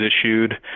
issued